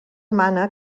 mana